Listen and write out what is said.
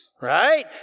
right